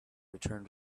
returned